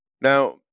Now